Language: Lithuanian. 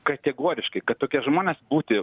kategoriškai kad tokie žmonės būti